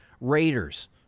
Raiders